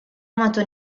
amato